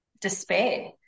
despair